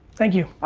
thank you,